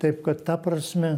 taip kad ta prasme